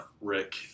Rick